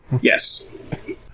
Yes